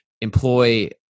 employ